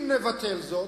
אם נבטל זאת,